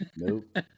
nope